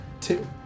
Two